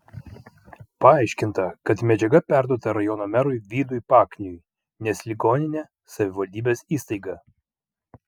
paaiškinta kad medžiaga perduota rajono merui vydui pakniui nes ligoninė savivaldybės įstaiga